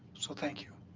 so thank you.